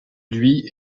lui